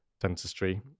dentistry